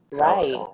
Right